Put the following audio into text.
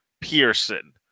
Pearson